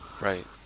Right